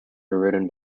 written